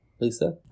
Lisa